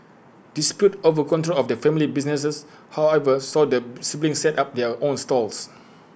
disputes over control of the family business however saw the siblings set up their own stalls